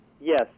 Yes